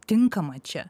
tinkama čia